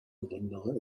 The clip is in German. wanderer